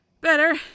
Better